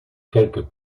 quelque